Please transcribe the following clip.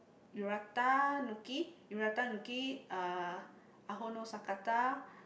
Uratanuki Uratanuki uh Ahono-Sakata